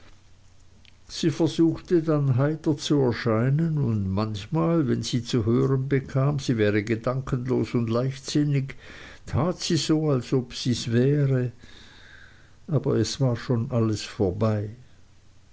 sie versuchte dann heiter zu erscheinen und manchmal wenn sie zu hören bekam sie wäre gedankenlos und leichtsinnig tat sie so als ob sies wäre aber es war schon alles vorbei